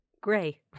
gray